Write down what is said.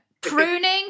pruning